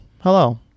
hello